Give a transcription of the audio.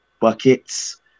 Buckets